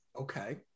Okay